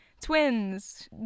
twins